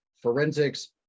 forensics